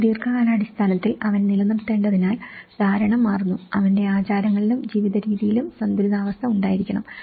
എന്നാൽ ദീർഘകാലാടിസ്ഥാനത്തിൽ അവൻ നിലനിർത്തേണ്ടതിനാൽ ധാരണ മാറുന്നു അവന്റെ ആചാരങ്ങളിലും ജീവിതരീതിയിലും സന്തുലിതാവസ്ഥ ഉണ്ടായിരിക്കണം